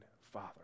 Father